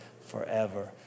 forever